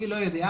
אני לא יודע.